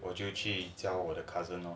我就去教我的 cousin lor